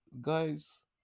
guys